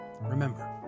Remember